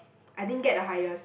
I didn't get the highest